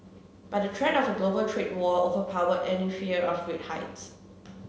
but the threat of a global trade war overpowered any fear of rate hikes